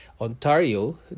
ontario